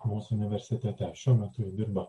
mūsų universitete šiuo metu ji dirba